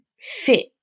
fit